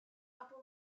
upper